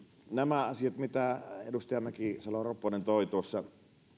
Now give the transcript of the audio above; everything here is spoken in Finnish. nämä asiat mitä edustaja mäkisalo ropponen toi tuossa